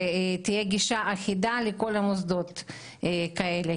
שתהיה גישה אחידה לכל המוסדות האלה.